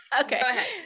okay